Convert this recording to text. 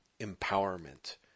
empowerment